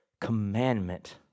commandment